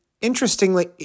Interestingly